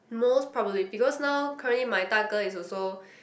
most probably because now currently my 大哥 is also